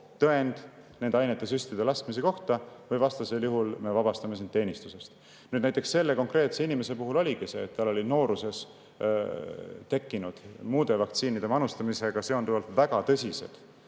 tõend nende ainete süstida laskmise kohta või vastasel juhul me vabastame sind teenistusest." Selle konkreetse inimese puhul oligi nii, et tal olid nooruses tekkinud muude vaktsiinide manustamisega seonduvalt väga tõsised